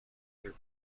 their